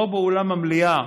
פה באולם המליאה,